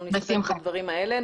אנחנו נסתפק בדברים האלה.